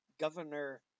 Governor